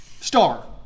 Star